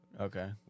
Okay